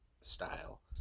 style